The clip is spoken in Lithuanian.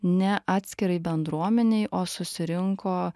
ne atskirai bendruomenei o susirinko